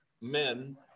men